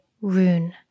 Rune